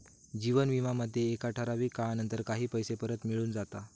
जीवन विमा मध्ये एका ठराविक काळानंतर काही पैसे परत मिळून जाता